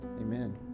amen